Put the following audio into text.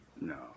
No